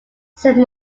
said